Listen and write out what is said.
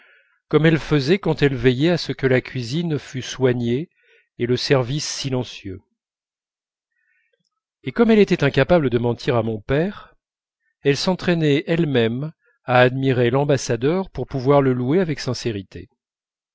comme elle faisait quand elle veillait à ce que la cuisine fût soignée et le service silencieux et comme elle était incapable de mentir à mon père elle s'entraînait elle-même à admirer l'ambassadeur pour pouvoir le louer avec sincérité